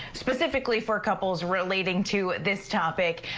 specifically for couples relating to this topic,